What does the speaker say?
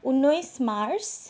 ঊনৈছ মাৰ্চ